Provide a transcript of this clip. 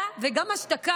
כי גם עכשיו,